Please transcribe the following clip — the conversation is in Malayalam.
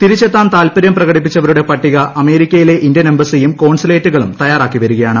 തിരിച്ചെത്താൻ താല്പരൃം പ്രകടിപ്പിച്ചവരുടെ പട്ടിക അമേരിക്കയിലെ ഇന്ത്യൻ എംബസിയും കോൺസുലേറ്റുകളും തയ്യാറാക്കി വരികയാണ്